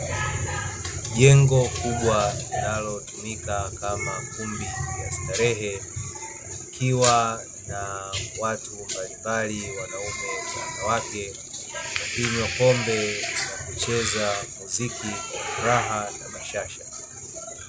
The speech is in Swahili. Jengo kubwa linalotumika kama kumbi ya starehe, likiwa na watu mbalimbali wanaume kwa wanawake, wakinywa pombe na kucheza muziki kwa furaha na bashasha.